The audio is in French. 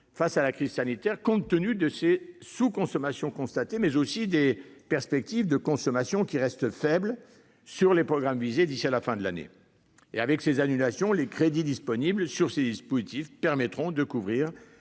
face à la crise sanitaire », compte tenu des sous-consommations constatées, mais aussi des perspectives de consommation qui restent faibles sur les programmes visés d'ici à la fin de l'année. Même avec ces annulations, les crédits disponibles sur ces dispositifs permettront de couvrir